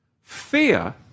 Fear